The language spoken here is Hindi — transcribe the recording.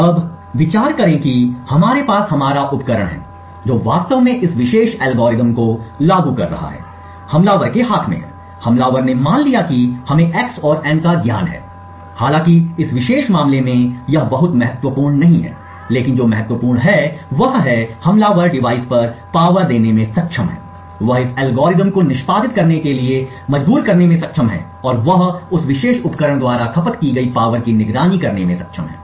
अब विचार करें कि हमारे पास हमारा उपकरण है जो वास्तव में इस विशेष एल्गोरिथ्म को लागू कर रहा है हमलावर के हाथ में है हमलावर ने मान लिया कि हमें x और n का ज्ञान है हालांकि इस विशेष मामले में यह बहुत महत्वपूर्ण नहीं है लेकिन जो महत्वपूर्ण है वह है हमलावर डिवाइस पर पावर देने में सक्षम है वह इस एल्गोरिथ्म को निष्पादित करने के लिए मजबूर करने में सक्षम है और वह उस विशेष उपकरण द्वारा खपत की गई पावर की निगरानी करने में सक्षम है